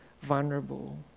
vulnerable